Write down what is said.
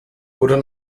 oder